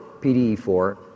PDE4